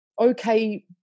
okay